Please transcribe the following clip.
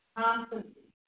constantly